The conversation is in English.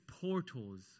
portals